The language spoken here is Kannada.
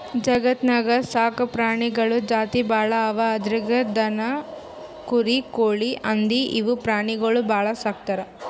ಜಗತ್ತ್ನಾಗ್ ಸಾಕ್ ಪ್ರಾಣಿಗಳ್ ಜಾತಿ ಭಾಳ್ ಅವಾ ಅದ್ರಾಗ್ ದನ, ಕುರಿ, ಕೋಳಿ, ಹಂದಿ ಇವ್ ಪ್ರಾಣಿಗೊಳ್ ಭಾಳ್ ಸಾಕ್ತರ್